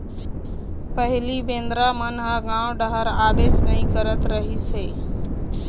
पहिली बेंदरा मन ह गाँव डहर आबेच नइ करत रहिस हे